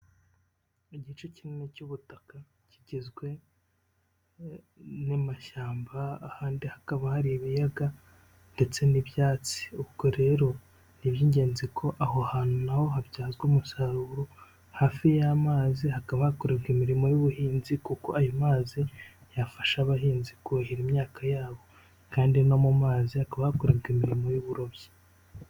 Igice kinini cy'ubutaka kigizwe n'amashyamba, ahandi hakaba hari ibiyaga ndetse n'ibyatsi, ubwo rero ni iby'ingenzi ko aho hantu na ho habyazwa umusaruro, hafi y'amazi hakaba hakorerwa imirimo y'ubuhinzi kuko ayo mazi, yafasha abahinzi kuhira imyaka yabo kandi no mu mazi hakaba hakorerwa imirimo y'uburobyi.